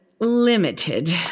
Limited